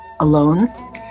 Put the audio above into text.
alone